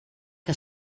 que